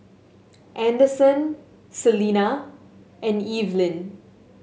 Anderson Celena and Evelin